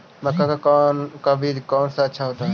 मक्का का बीज कौन सा अच्छा होता है?